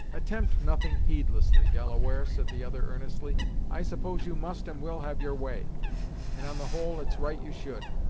attempt nothing heedlessly, delaware, said the other earnestly i suppose you must and will have your way and, on the whole it's right you should,